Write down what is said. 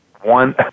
one